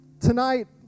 Tonight